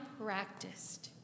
practiced